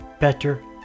better